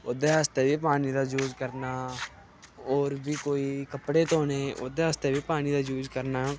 ओह्दे आस्तै बी पानी दा यूज करना होर बी कोई कपड़े धोने ओह्दे आस्तै बी पानी दा यूज करना